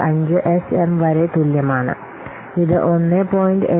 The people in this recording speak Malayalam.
5 SM വരെ തുല്യമാണ് ഇത് 1